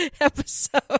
episode